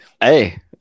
Hey